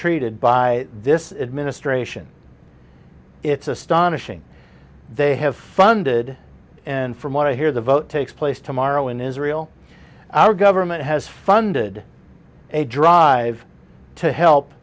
treated by this administration it's astonishing they have funded and from what i hear the vote takes place tomorrow in israel our government has funded a drive to help